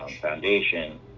foundation